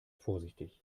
vorsichtig